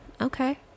Okay